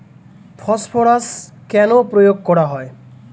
Phosphorus কেন প্রয়োগ করা হয়?